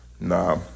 Nah